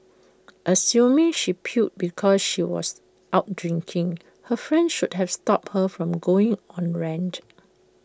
assuming she puked because she was out drinking her friend should have stopped her from going on her rant